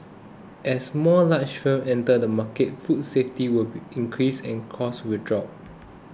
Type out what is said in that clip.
as more large firms enter the market food safety will increase and costs will drop